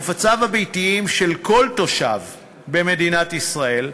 חפציו הביתיים של כל תושב במדינת ישראל,